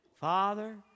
Father